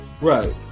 Right